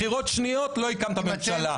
בחירות שניות לא הקמת ממשלה.